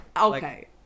okay